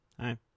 hi